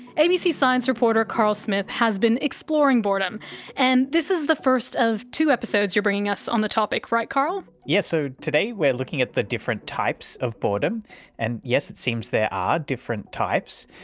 abc science reporter carl smith has been exploring boredom and this is the first of two episodes you're bringing us on the topic, right carl? yes, so today we're looking at the different types of boredom and yes it seems there are different types.